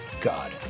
God